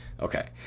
Okay